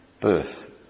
birth